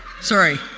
sorry